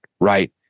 right